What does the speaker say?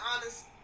honest